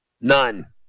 None